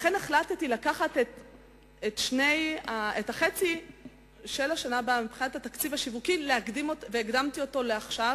לכן החלטתי לקחת חצי מהתקציב השיווקי של השנה הבאה והקדמתי אותו לעכשיו.